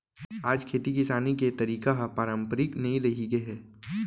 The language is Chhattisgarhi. आज खेती किसानी के तरीका ह पारंपरिक नइ रहिगे हे